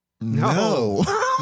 No